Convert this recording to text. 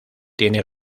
tiene